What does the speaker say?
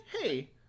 hey